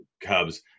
Cubs